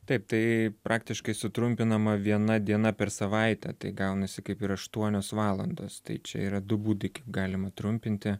taip tai praktiškai sutrumpinama viena diena per savaitę tai gaunasi kaip ir aštuonios valandos tai čia yra du būdai kaip galima trumpinti